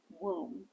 womb